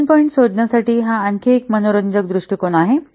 function points शोधण्यासाठी हा आणखी एक मनोरंजक दृष्टीकोन आहे